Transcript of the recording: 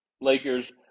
Lakers